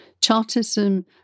Chartism